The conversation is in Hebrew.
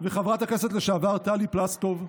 וחברת הכנסת לשעבר טלי פלוסקוב.